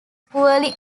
poorly